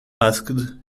asked